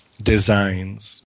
designs